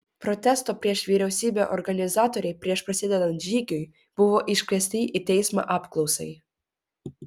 protesto prieš vyriausybę organizatoriai prieš prasidedant žygiui buvo iškviesti į teismą apklausai